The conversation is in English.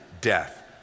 death